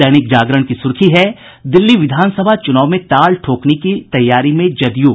दैनिक जागरण की सुर्खी है दिल्ली विधानसभा चुनाव में ताल ठोकने की तैयारी में जदयू